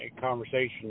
conversation